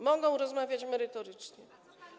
mogą rozmawiać merytorycznie.